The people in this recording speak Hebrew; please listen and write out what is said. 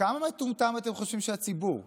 כמה אתם חושבים שהציבור מטומטם?